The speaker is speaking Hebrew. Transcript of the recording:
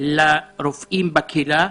לרופאים בקהילה.